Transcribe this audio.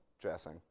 dressing